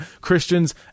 Christians